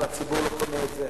אבל הציבור לא קונה את זה,